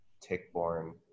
tick-borne